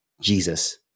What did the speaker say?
Jesus